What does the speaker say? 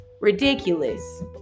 Ridiculous